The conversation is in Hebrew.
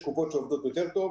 יש קופות שעובדות יותר טוב.